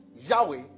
Yahweh